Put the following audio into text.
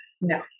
no